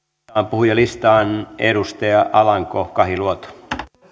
puhujalistaan edustaja alanko kahiluoto